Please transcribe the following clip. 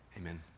Amen